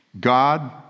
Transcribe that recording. God